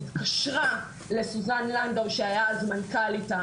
התקשרה לסוזן לנדאו שהייתה אז מנכ"לית,